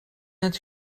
het